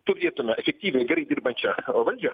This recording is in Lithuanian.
turėtume efektyviai gerai dirbančią valdžią